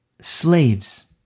slaves